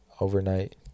overnight